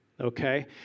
okay